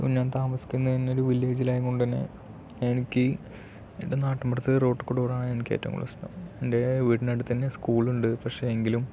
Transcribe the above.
ഇപ്പോൾ ഞാൻ താമസിക്കുന്നത് തന്നെ ഒരു വില്ലേജിലായ കൊണ്ട് തന്നെ എനിക്ക് എൻ്റെ നാട്ടിൻ പുറത്ത് റോട്ടിൽ കൂടെ ഓടാനാണ് എനിക്കേറ്റവും കൂടുതലിഷ്ടം എൻ്റെ വീടിൻ്റടുത്തന്നെ സ്കൂളുണ്ട് പക്ഷെ എങ്കിലും